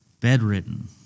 bedridden